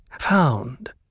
found